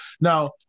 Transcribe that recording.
Now